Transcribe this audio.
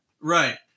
Right